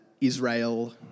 Israel